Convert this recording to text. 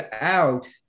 out